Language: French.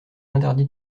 interdit